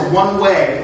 one-way